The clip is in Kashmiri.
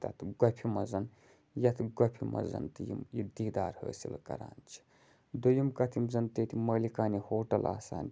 تَتھ گۄپھہِ منٛز ییٚتھ گۄپھہِ منٛز تہِ یِم یہِ دیٖدار حٲصِل کَران چھِ دوٚیِم کَتھ یِم زَن تہِ ییٚتہِ مٲلِکانِ ہوٹَل آسان چھِ